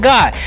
God